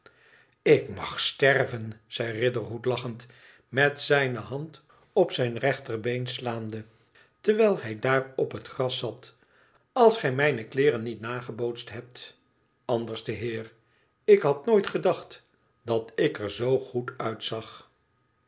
ik mag sterven zei riderhood lachend met zijne hand op zijn rechterbeen slaande terwijl hij daar op het gras zat iüs gij mijne kleeren niet nagebootst hebt anderste heer ik had nooit gedacht dat ik er zoogoed uitzag